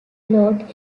lord